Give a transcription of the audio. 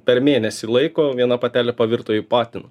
per mėnesį laiko viena patelė pavirto į patiną